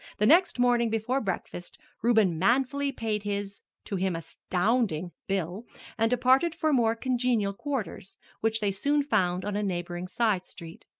the next morning before breakfast reuben manfully paid his to him astounding bill and departed for more congenial quarters, which they soon found on a neighboring side street.